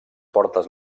portes